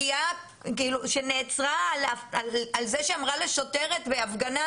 --- נעצרה על זה שאמרה לשוטרת בהפגנה,